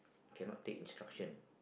cannot take instruction